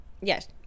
Yes